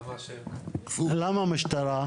למה המשטרה?